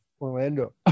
Orlando